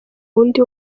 wundi